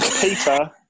Peter